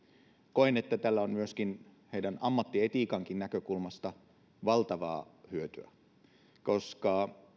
koen että tällä on myöskin heidän ammattietiikkansakin näkökulmasta valtavaa hyötyä koska